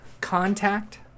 Contact